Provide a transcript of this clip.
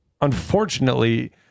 unfortunately